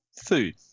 food